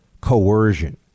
coercion